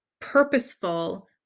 purposeful